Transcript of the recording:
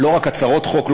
לא רק הצהרות חוק,